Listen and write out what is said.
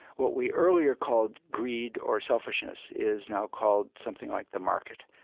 what we earlier called greed or selfishness is now called something like the market,